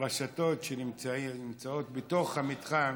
הרשתות שנמצאות בתוך המתחם,